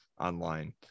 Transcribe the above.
online